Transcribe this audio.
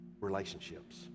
relationships